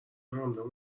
ممنوع